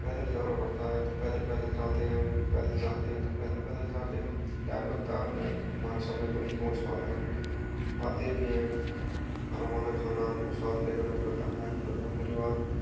पैदल जाना पड़ता है तो पैदल पैदल जाते हैं पैदल जाते हैं तो पैदल पैदल जा के हम टाइम लगता है हमको पहुँच पाते हैं आते भी हैं खाना वाना खाना हमको साथ ले जाना पड़ता है फिर दूसरी बात